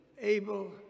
able